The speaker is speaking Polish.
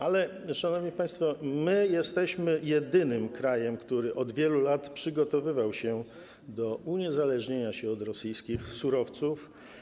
Ale, szanowni państwo, my jesteśmy jedynym krajem, który od wielu lat przygotowywał się do uniezależnienia się od rosyjskich surowców.